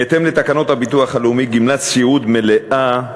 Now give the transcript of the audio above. בהתאם לתקנות הביטוח הלאומי, גמלת סיעוד מלאה,